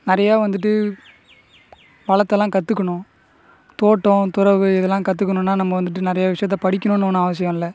நிறையா வந்துட்டு வளர்த்துலா கற்றுக்கணும் தோட்டோம் துறவு இதெல்லால் கற்றுக்கணுன்னா நம்ம வந்துட்டு நிறையா விஷயத்தை படிக்கணுன்னு ஒன்று அவசியம் இல்லை